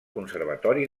conservatori